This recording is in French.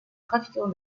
trafiquant